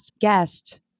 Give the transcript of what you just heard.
guest